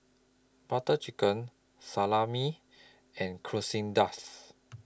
Butter Chicken Salami and Quesadillas